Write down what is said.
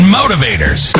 motivators